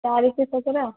टारी के सकरा